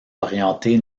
orientée